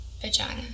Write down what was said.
Vagina